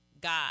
God